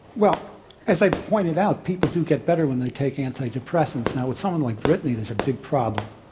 well as i pointed out, people do get better when they take antidepressants. now with someone like britney there's a big problem,